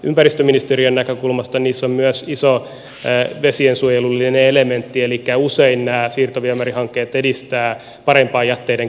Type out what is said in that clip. ympäristöministeriön näkökulmasta niissä on myös iso vesiensuojelullinen elementti elikkä usein nämä siirtoviemärihankkeet edistävät parempaa jätteiden käsittelyä